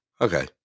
Okay